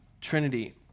Trinity